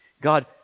God